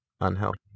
unhealthy